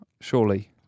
surely